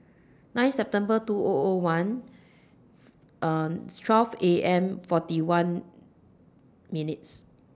nine September two O O one A M forty one minutes